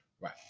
Right